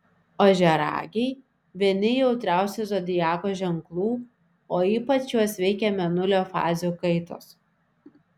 ožiaragiai vieni jautriausių zodiako ženklų o ypač juos veikia mėnulio fazių kaitos